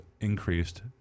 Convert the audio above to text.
increased